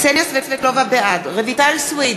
בעד רויטל סויד,